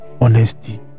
Honesty